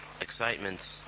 excitement